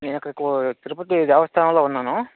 నేను ఇక్కడ కో తిరుపతి దేవస్థానంలో ఉన్నాను